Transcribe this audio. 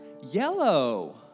yellow